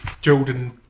Jordan